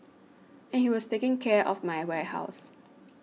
and he was taking care of my warehouse